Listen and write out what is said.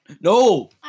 No